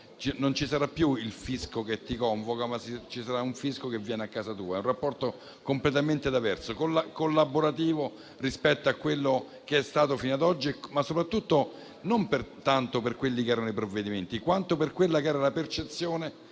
Non ci sarà più il fisco che ti convoca, ma ci sarà un fisco che viene a casa tua. È un rapporto completamente diverso, collaborativo rispetto a quello che è stato fino ad oggi non tanto per i provvedimenti, quanto per la percezione